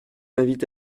invite